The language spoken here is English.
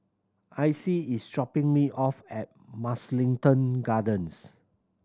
Icey is dropping me off at Mugliston Gardens